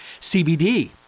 CBD